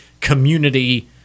community